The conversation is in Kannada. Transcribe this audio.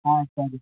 ಹಾಂ ಸರಿ